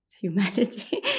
humanity